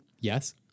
Yes